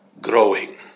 growing